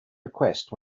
request